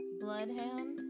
bloodhound